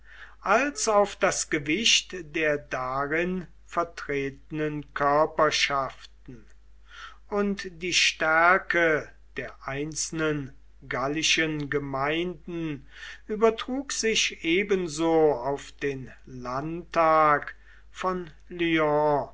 als auf das gewicht der darin vertretenen körperschaften und die stärke der einzelnen gallischen gemeinden übertrug sich ebenso auf den landtag von